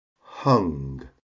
hung